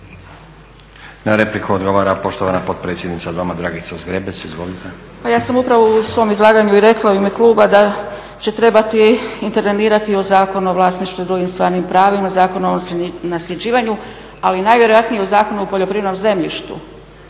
Na repliku odgovara poštovana potpredsjednica Doma, Dragica Zgrebec. Izvolite. **Zgrebec, Dragica (SDP)** Pa ja sam upravo u svom izlaganju i rekla u ime kluba da će trebati intervenirati u Zakon o vlasništvu i drugim stvarnim pravima, Zakon o nasljeđivanju ali najvjerojatnije u Zakonu o poljoprivrednom zemljištu